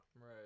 Right